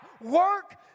Work